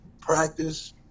Practice